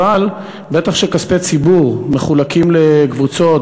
אבל בטח שכשכספי ציבור מחולקים לקבוצות,